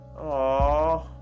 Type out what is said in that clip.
Aww